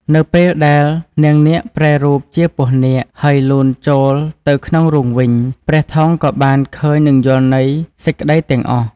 នៅពេលដែលនាងនាគប្រែរូបជាពស់នាគ ហើយលូនចូលទៅក្នុងរូងវិញ ព្រះថោងក៏បានឃើញនិងយល់ន័យសេចក្តីទាំងអស់។